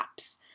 apps